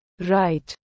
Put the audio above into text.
Right